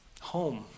Home